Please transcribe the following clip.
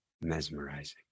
mesmerizing